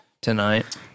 tonight